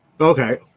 okay